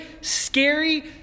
scary